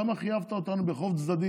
למה חייבת אותנו ברחוב צדדי